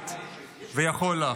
והלאומית ויכול לה.